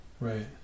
Right